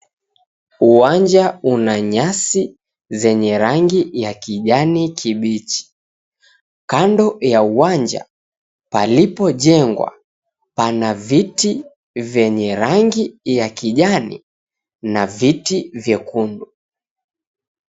Uwanja una nyasi zenye rangi ya kijani kibichi, kando ya uwanja palipojengwa pana viti vyenye rangi ya kijani na viti vyekundu.